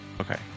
okay